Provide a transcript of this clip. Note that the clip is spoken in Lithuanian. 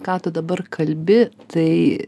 ką tu dabar kalbi tai